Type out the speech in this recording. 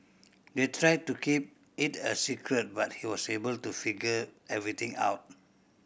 they tried to keep it a secret but he was able to figure everything out